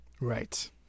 Right